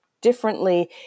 differently